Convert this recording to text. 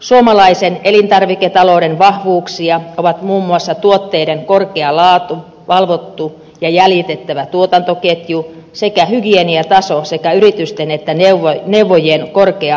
suomalaisen elintarviketalouden vahvuuksia ovat muun muassa tuotteiden korkea laatu valvottu ja jäljitettävä tuotantoketju hygieniataso ja sekä yritysten että neuvojien korkea ammattitaito